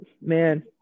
Man